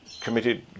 committed